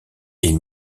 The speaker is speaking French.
est